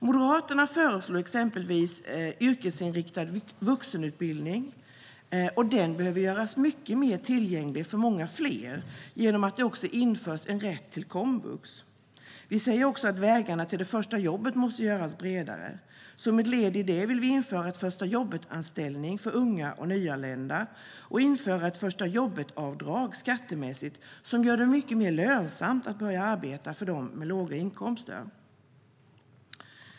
Moderaterna föreslår exempelvis yrkesinriktad vuxenutbildning, och den behöver göras mycket mer tillgänglig för många fler genom att det också införs en rätt till komvux. Vi säger också att vägarna till det första jobbet måste göras bredare, och som ett led i det vill vi införa ett första-jobbet-anställning för unga och nyanlända och ett första-jobbet-avdrag skattemässigt som gör det mycket mer lönsamt för dem med låga inkomster att börja arbeta.